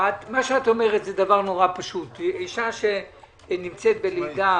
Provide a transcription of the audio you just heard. את אומרת שאשה שילדה,